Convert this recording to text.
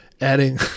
adding